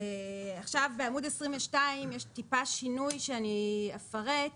בעמוד 22 יש טיפה שינוי שאני אפרט.